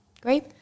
Great